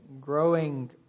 growing